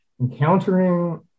encountering